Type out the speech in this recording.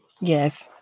Yes